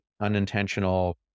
unintentional